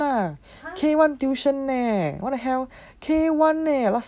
K one lah K one tuition eh what the hell K one leh